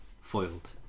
foiled